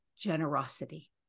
generosity